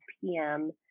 PM